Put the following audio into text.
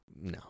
no